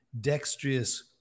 dexterous